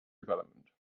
development